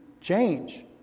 change